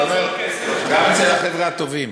אתה אומר: גם אצל החבר'ה הטובים,